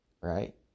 Right